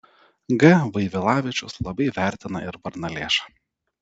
g vaivilavičius labai vertina ir varnalėšą